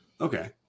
Okay